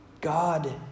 God